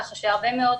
כך שהרבה מאוד